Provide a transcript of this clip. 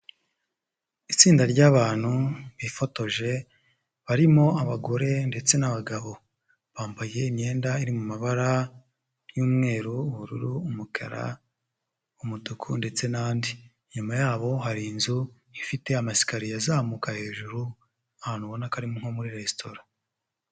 Itsinda ry'abantu bifotoje, barimo abagore ndetse n'abagabo, bambaye imyenda iri mu mabara y'umweru, ubururu, umukara, umutuku ndetse n'andi, inyuma yabo hari inzu, ifite amasikariye azamuka hejuru, ahantu ubona ko ari nko muri resitora.